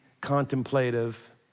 contemplative